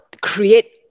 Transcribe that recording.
create